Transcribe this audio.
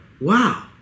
wow